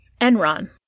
Enron